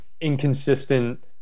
inconsistent